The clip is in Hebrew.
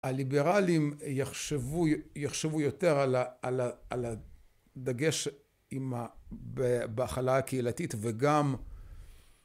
הליברליים יחשבו יותר על הדגש בהכלה הקהילתית וגם